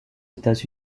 états